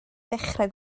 ddechrau